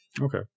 Okay